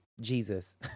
Jesus